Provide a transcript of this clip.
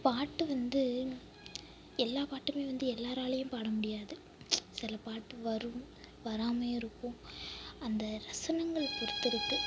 பாட்டு வந்து எல்லா பாட்டும் வந்து எல்லோராலையும் பாடமுடியாது சில பாட்டு வரும் வராமலும் இருக்கும் அந்த ரசனைங்கள் பொருத்து இருக்கு